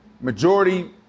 majority